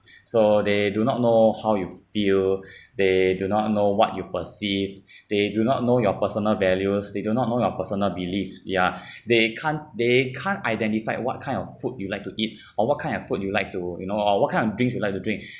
so they do not know how you feel they do not know what you perceive they do not know your personal valuables they do not know your personal beliefs ya they can't they can't identify what kind of food you like to eat or what kind of food you like to you know or what kind of drinks you like to drink